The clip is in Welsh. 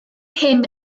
hyn